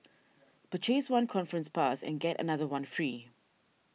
purchase one conference pass and get another one free